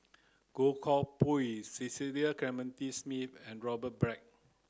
Goh Koh Pui Cecil Clementi Smith and Robert Black